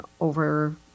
over